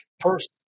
first